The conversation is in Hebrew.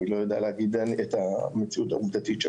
אני לא יודע להגיד את המציאות העובדתית.